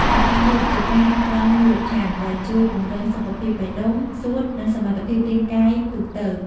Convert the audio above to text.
ឯ ការរត់ ជាការហាត់ប្រាណមូលដ្ឋាន ដែលជួយពង្រឹងសុខភាពបេះដូង សួត និងសមត្ថភាពរាងកាយទូទៅ។